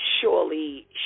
Surely